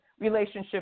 relationship